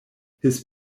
his